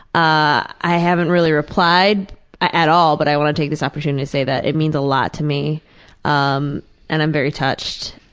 i haven't really replied at all but i wanted to take this opportunity to say that it means a lot to me um and i'm very touched.